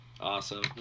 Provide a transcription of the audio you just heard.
Awesome